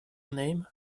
name